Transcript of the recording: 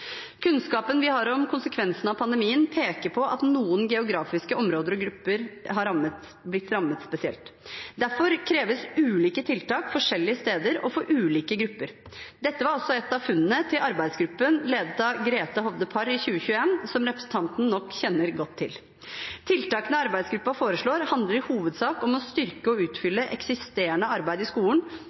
Kunnskapen vi har om konsekvensene av pandemien, peker på at noen geografiske områder og grupper har blitt rammet spesielt. Derfor kreves ulike tiltak forskjellige steder og for ulike grupper. Dette var også et av funnene til arbeidsgruppen ledet av Grethe Hovde Parr i 2021, som representanten nok kjenner godt til. Tiltakene arbeidsgruppen foreslår, handler i hovedsak om å styrke og utfylle eksisterende arbeid i skolen,